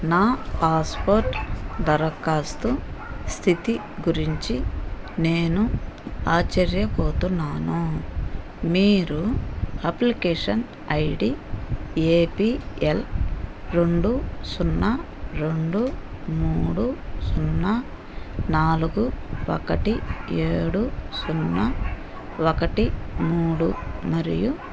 నా పాస్పోర్ట్ దరఖాస్తు స్థితి గురించి నేను ఆశ్చర్యపోతున్నాను మీరు application I D A P L రెండు సున్నా రెండు మూడు సున్నా నాలుగు ఒకటి ఏడు సున్నా ఒకటి మూడు మరియు